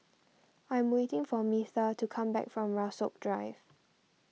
I'm waiting for Metha to come back from Rasok Drive